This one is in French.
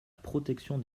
protection